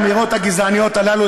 האמירות הגזעניות הללו,